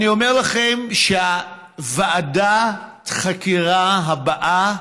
אני אומר לכם שוועדת החקירה הבאה